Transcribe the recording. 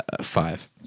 Five